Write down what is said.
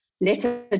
letter